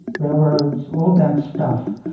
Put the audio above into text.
railroads, all that stuff,